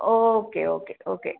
okay okay okay